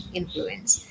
influence